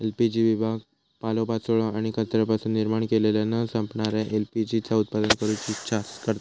LPG विभाग पालोपाचोळो आणि कचऱ्यापासून निर्माण केलेल्या न संपणाऱ्या एल.पी.जी चा उत्पादन करूची इच्छा करता